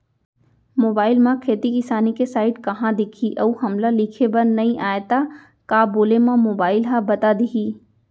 Mobile म खेती किसानी के साइट कहाँ दिखही अऊ हमला लिखेबर नई आय त का बोले म मोबाइल ह बता दिही?